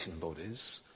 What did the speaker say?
bodies